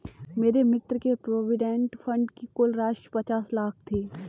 मेरे मित्र के प्रोविडेंट फण्ड की कुल राशि पचास लाख थी